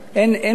אין ואקום.